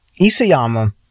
Isayama